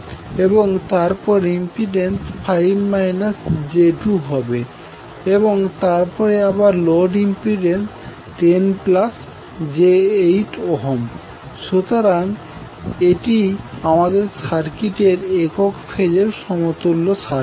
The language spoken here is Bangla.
এবং তারপরে ইম্পিডেন্স 5 j2 হবে এবং তারপরে আবার লোড ইম্পিডেন্স10j8 ohm সুতরাং এটি আমাদের সার্কিটের একক একক ফেজের সমতুল্য সার্কিট